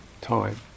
time